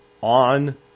on